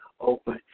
open